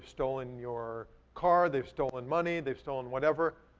stolen your car, they've stolen money, they've stolen whatever,